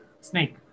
snake